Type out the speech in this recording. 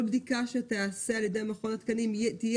כל בדיקה שתיעשה על ידי מכון התקנים תהיה